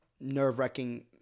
nerve-wracking